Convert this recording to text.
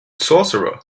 sorcerer